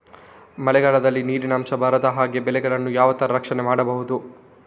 ಮಳೆಗಾಲದಲ್ಲಿ ನೀರಿನ ಅಂಶ ಬಾರದ ಹಾಗೆ ಬೆಳೆಗಳನ್ನು ಯಾವ ತರ ರಕ್ಷಣೆ ಮಾಡ್ಬಹುದು?